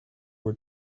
were